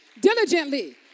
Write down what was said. Diligently